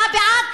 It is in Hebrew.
אתה בעד?